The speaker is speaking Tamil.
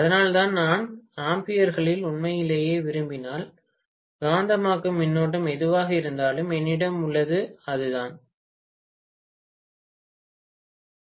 அதனால்தான் நான் ஆம்பியர்களில் உண்மையிலேயே விரும்பினால் காந்தமாக்கும் மின்னோட்டம் எதுவாக இருந்தாலும் என்னிடம் உள்ளது அதை நான் ரூ